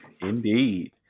Indeed